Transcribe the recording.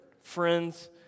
friends